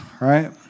right